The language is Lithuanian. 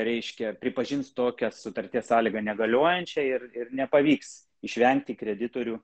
reiškia pripažins tokią sutarties sąlygą negaliojančia ir ir nepavyks išvengti kreditorių